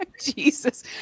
jesus